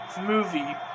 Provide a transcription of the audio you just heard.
movie